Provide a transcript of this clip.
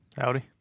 Howdy